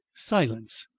silence!